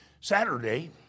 Saturday